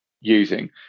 using